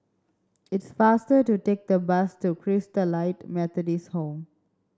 it's faster to take the bus to Christalite Methodist Home